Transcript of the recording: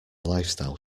lifestyle